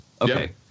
Okay